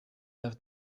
left